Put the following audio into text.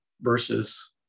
versus